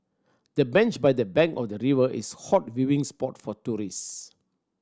the bench by the bank of the river is hot viewing spot for tourist